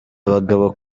abagabo